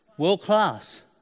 world-class